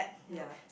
ya